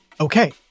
Okay